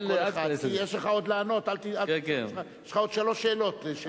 יש לך עוד שלוש שאלות.